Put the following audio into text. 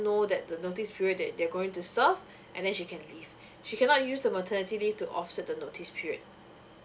know that the notice period that they are going to serve and then she can leave she cannot use the maternity leave to offset the notice period